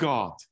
God